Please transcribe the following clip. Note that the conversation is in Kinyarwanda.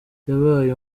yabaye